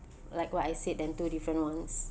like what I said than two different ones